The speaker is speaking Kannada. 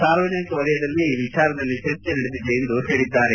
ಸಾರ್ವಜನಿಕ ವಲಯದಲ್ಲಿ ಈ ವಿಚಾರದಲ್ಲಿ ಚರ್ಚೆ ನಡೆದಿದೆ ಎಂದು ಹೇಳಿದ್ದಾರೆ